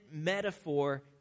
metaphor